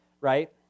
right